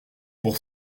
pour